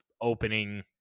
opening